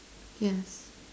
yes